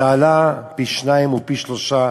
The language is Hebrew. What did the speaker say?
זה עלה פי-שניים או פי-שלושה.